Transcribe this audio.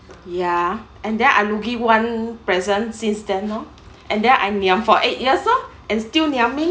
ya and then I lugi one person since then oh and then I'm niam for eight years and still niaming now